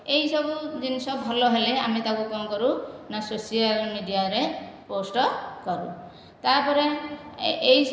ଏଇ ସବୁ ଜିନିଷ ଭଲ ହେଲେ ଆମେ ତାକୁ କଣ କରୁ ନା ସୋସିଆଲ ମିଡ଼ିଆରେ ପୋଷ୍ଟ କରୁ ତାପରେ ଏଇ